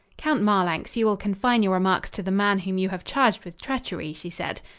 count marlanx, you will confine your remarks to the man whom you have charged with treachery, she said.